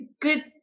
good